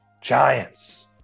Giants